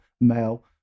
male